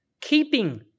keeping